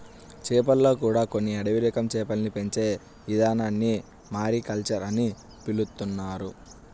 చేపల్లో కూడా కొన్ని అడవి రకం చేపల్ని పెంచే ఇదానాన్ని మారికల్చర్ అని పిలుత్తున్నారు